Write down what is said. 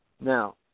Now